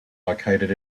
located